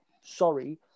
Sorry